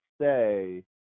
say